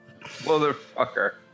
Motherfucker